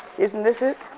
isn't this it?